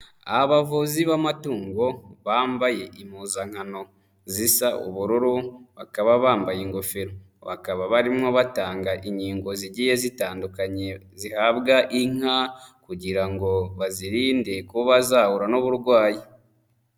Abavuzi b'amatungo bambaye impuzankano zisa ubururu, bakaba bambaye ingofero bakaba barimo batanga inkingo zigiye zitandukanye zihabwa inka, kugira ngo bazirinde kuba zahura n'uburwayi.